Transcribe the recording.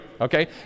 Okay